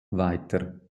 weiter